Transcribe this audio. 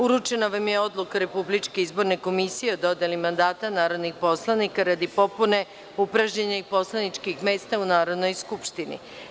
Uručena vam je Odluka Republičke izborne komisije o dodeli mandata narodnih poslanika radi popune upražnjenih poslaničkih mesta u Narodnoj skupštini.